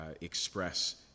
express